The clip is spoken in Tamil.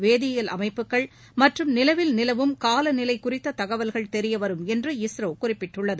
வேதியல் அமைப்புகள் மற்றும் நிலவில் நிலவும் காலநிலை குறித்த தகவல்கள் தெரியவரும் என்று இஸ்ரோ குறிப்பிட்டுள்ளது